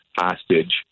hostage